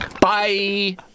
Bye